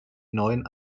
neuen